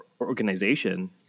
organization